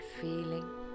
feeling